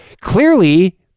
Clearly